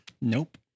Nope